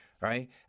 right